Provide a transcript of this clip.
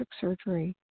surgery